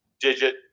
digit